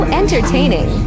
entertaining